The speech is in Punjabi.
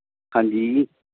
ਹਾਂਜੀ